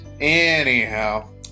Anyhow